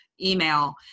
email